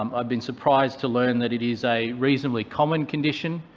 um i've been surprised to learn that it is a reasonable common condition,